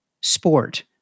sport